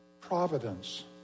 Providence